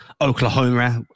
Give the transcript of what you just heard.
Oklahoma